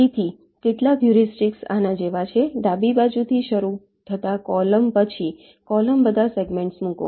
તેથી કેટલાક હ્યુરિસ્ટિક્સ આના જેવા છે ડાબી બાજુથી શરૂ થતા કૉલમ પછી કૉલમ બધા સેગમેન્ટ્સ મૂકો